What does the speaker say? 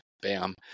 Bam